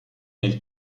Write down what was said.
nel